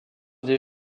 des